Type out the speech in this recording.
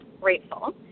grateful